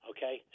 Okay